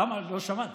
למה לא שמעת?